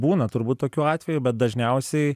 būna turbūt tokių atvejų bet dažniausiai